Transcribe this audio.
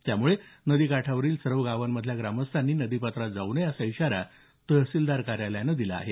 त्यामुळे नदीकाठावरील सर्व गावांमधील ग्रामस्थांनी नदीपात्रामध्ये जाऊ नये असा इशारा तहसीलदार कार्यालयानं दिला आहे